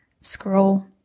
scroll